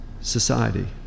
society